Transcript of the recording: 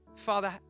Father